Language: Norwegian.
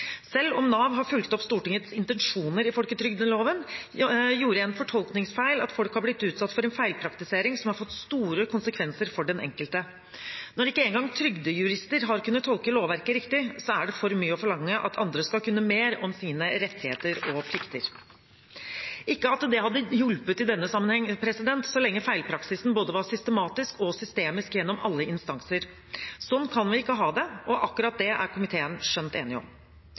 Selv om Nav har fulgt opp Stortingets intensjoner i folketrygdloven, gjorde en fortolkningsfeil at folk har blitt utsatt for en feilpraktisering som har fått store konsekvenser for den enkelte. Når ikke engang trygdejurister har kunnet tolke lovverket riktig, er det for mye å forlange at andre skal kunne mer om sine rettigheter og plikter. Ikke at det hadde hjulpet i denne sammenheng, så lenge feilpraksisen både var systematisk og systemisk gjennom alle instanser. Sånn kan vi ikke ha det, og akkurat det er komiteen skjønt enig om.